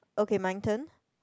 okay mine turn